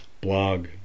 blog